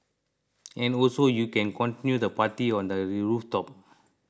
and also you can continue the party on the rooftop